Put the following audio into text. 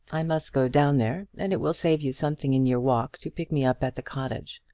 i must go down there, and it will save you something in your walk to pick me up at the cottage.